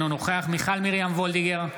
אינו נוכח מיכל מרים וולדיגר,